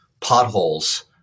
potholes